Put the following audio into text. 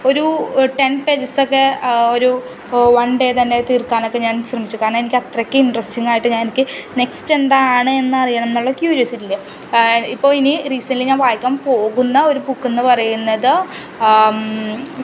ഒരു ten pages ഒക്കെ ഒരു വൺ ഡേ തന്നെ തീർക്കാനൊക്കെ ഞാൻ ശ്രമിച്ചു കാരണം എനിക്ക് അത്രയ്ക്ക് ഇൻട്രസ്റ്റിങ്ങ് ആയിട്ട് ഞാൻ എനിക്ക് നെക്സ്റ്റ് എന്താണ് എന്നറിയണം എന്നുള്ള ക്യൂരിയോസിറ്റിയിൽ ഇപ്പോൾ ഇനി റീസെൻ്റ്ലി ഞാൻ വായിക്കാൻ പോകുന്ന ഒരു ബുക്കെന്ന് പറയുന്നത്